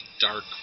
dark